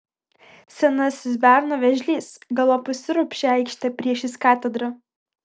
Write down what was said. senasis berno vėžlys galop užsiropščia į aikštę priešais katedrą